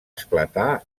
esclatar